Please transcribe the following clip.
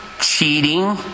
cheating